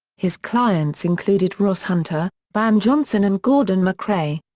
his clients included ross hunter, van johnson and gordon macrae.